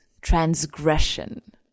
Transgression